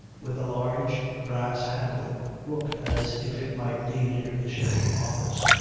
with a large brass handle looked as if it might lead into the shipping office.